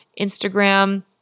Instagram